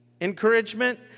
encouragement